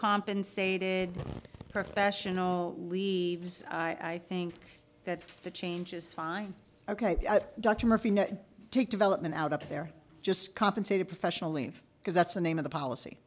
compensated professional leaves i think that the change is fine ok dr murphy take development out up there just compensated professional leave because that's the name of the policy